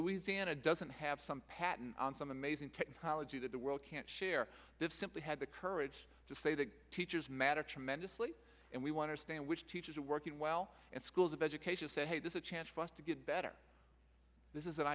louisiana doesn't have some patent on some amazing technology that the world can't share that simply had the courage to say that teachers matter tremendously and we want to stand which teachers are working well and schools of education say hey this is a chance for us to get better this is an